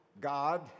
god